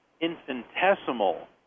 infinitesimal